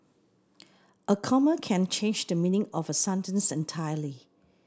a comma can change the meaning of a sentence entirely